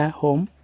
home